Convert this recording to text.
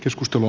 keskustelu